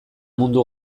mundu